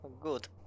good